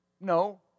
No